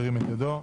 ירים את ידו.